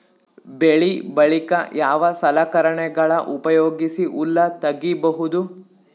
ಬೆಳಿ ಬಳಿಕ ಯಾವ ಸಲಕರಣೆಗಳ ಉಪಯೋಗಿಸಿ ಹುಲ್ಲ ತಗಿಬಹುದು?